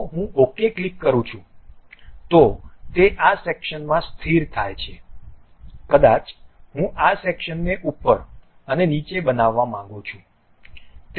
જો હું OK click કરું છું તો તે આ સેક્શનમાં સ્થિર થાય છે કદાચ હું આ સેક્શનને ઉપર અને નીચે બનાવવા માંગું છું